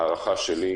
ההערכה שלי,